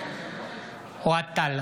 אוהד טל,